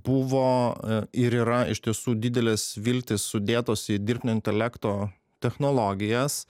buvo ir yra iš tiesų didelės viltys sudėtos į dirbtinio intelekto technologijas